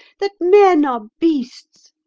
that men are beasts